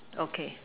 okay